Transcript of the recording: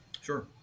Sure